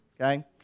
okay